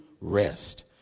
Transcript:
rest